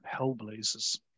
Hellblazers